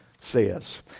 says